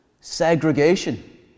segregation